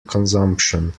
consumption